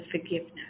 forgiveness